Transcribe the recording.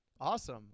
Awesome